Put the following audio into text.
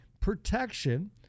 protection